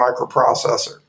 microprocessor